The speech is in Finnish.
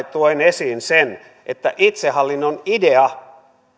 toin esiin sen että itsehallinnon idea